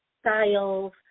styles